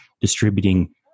distributing